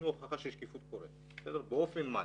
הינה הוכחה שהשקיפות קורית באופן מלא.